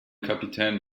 kapitän